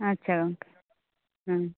ᱟᱪᱪᱷᱟ ᱜᱚᱝᱠᱮ ᱦᱩᱸ